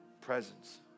presence